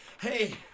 Hey